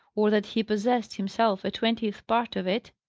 or that he possessed, himself, a twentieth part of it.